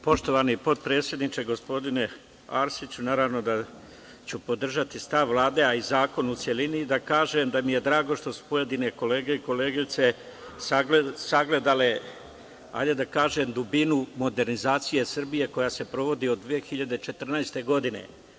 Poštovani potpredsedniče gospodine Arsiću, naravno da ću podržati stav Vlade, a i zakon u celini, i da kažem da mi je drago što su pojedine kolege i koleginice sagledale, hajde da kažem, dubinu modernizacije Srbije koja se sprovodi od 2014. godine.